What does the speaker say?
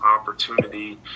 opportunity